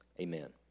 Amen